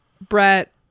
Brett